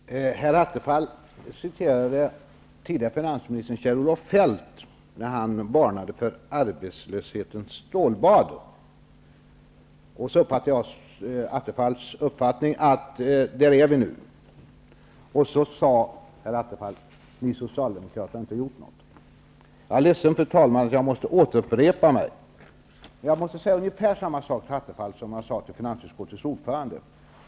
Fru talman! Stefan Attefall citerade tidigare finansministern Kjell-Olof Feldt när denne varnade för arbetslöshetens stålbad. Jag uppfattade att Attefalls mening är att vi är där nu. Han sade också att vi socialdemokrater inte har gjort något. Fru talman! Jag är ledsen att jag måste återupprepa mig. Jag måste säga ungefär samma saker till Attefall som jag sade till finansutskottets ordförande.